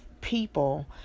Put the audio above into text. people